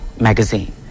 magazine